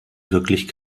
wirklich